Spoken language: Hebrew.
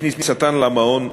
מכניסתן למעון,